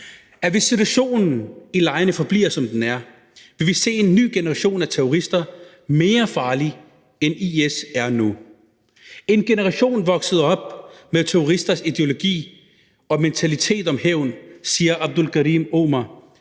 at hvis situationen i lejrene forbliver, som den er, vil vi se en ny generation af terrorister mere farlig, end IS er nu; en generation, der er vokset op med terroristers ideologi og mentalitet om hævn, siger Abdulkarim Omar,